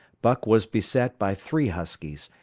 buck was beset by three huskies,